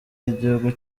y’igihugu